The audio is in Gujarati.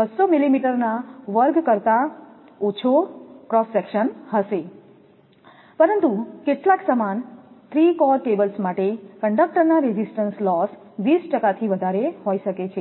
200 મિલીમીટર ના વર્ગ કરતા ઓછો ક્રોસ સેક્શન હશે પરંતુ કેટલાક સમાન 3 કોર કેબલ્સ માટે કંડક્ટરના રેઝિસ્ટન્સ લોસ 20 ટકા થી વધારે હોઈ શકે છે